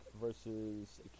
versus